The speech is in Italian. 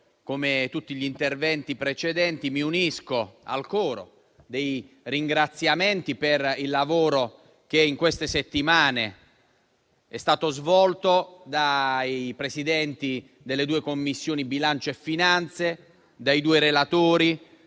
come tutti i colleghi intervenuti prima di me, mi unisco al coro dei ringraziamenti per il lavoro che in queste settimane è stato svolto dai Presidenti delle due Commissioni bilancio e finanze, dai due relatori,